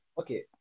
okay